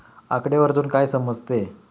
आकडेवारीतून काय समजते?